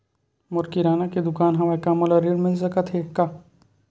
मोर किराना के दुकान हवय का मोला ऋण मिल सकथे का?